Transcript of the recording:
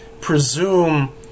presume